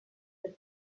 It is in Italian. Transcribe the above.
del